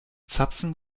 zapfen